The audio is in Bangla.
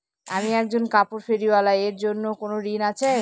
আমি একজন কাপড় ফেরীওয়ালা এর জন্য কোনো ঋণ আছে?